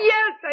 Yes